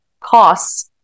costs